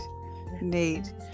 Neat